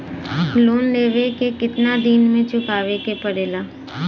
Loan लेवे के कितना दिन मे चुकावे के पड़ेला?